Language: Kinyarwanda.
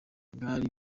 bwari